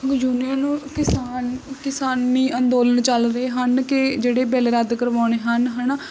union ਕਿਸਾਨ ਕਿਸਾਨੀ ਅੰਦੋਲਨ ਚੱਲ ਰਹੇ ਹਨ ਕਿ ਜਿਹੜੇ ਬਿੱਲ ਰੱਦ ਕਰਵਾਉਣੇ ਹਨ ਹੈ ਨਾ